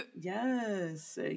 yes